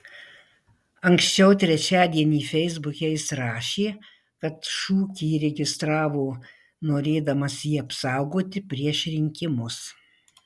anksčiau trečiadienį feisbuke jis rašė kad šūkį registravo norėdamas jį apsaugoti prieš rinkimus